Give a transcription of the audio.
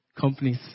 companies